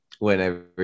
Whenever